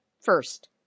first